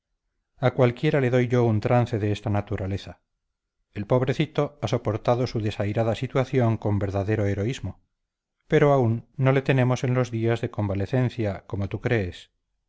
a cualquiera le doy yo un trance de esta naturaleza el pobrecito ha soportado su desairada situación con verdadero heroísmo pero aún no le tenemos en los días de convalecencia como tú crees